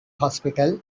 hospital